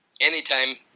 anytime